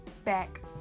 Back